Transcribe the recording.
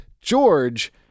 George